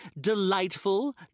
delightful